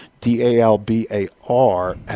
D-A-L-B-A-R